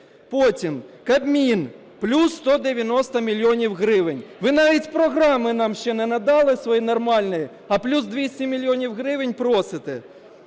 Потім, Кабмін – плюс 190 мільйонів гривень. Ви навіть програми нам ще не надали свої нормальні, а плюс 200 мільйонів гривень просите.